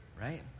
right